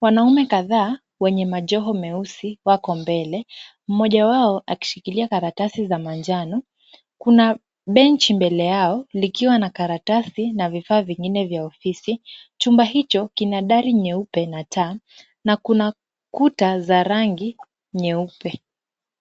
Wanaume kadhaa wenye majoho meusi wako mbele, mmoja wao akishikilia karatasi za manjano. Kuna bench mbele yao, likiwa na karatasi na vifaa vingine vya ofisi. Chumba hicho kina dari nyeupe na taa, na kuna kuta za rangi nyeupe.